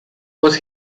what